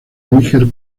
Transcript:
níger